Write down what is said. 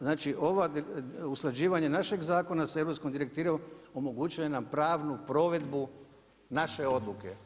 Znači usklađivanje našeg zakona sa europskom direktivom omogućuje nam pravnu provedbu naše odluke.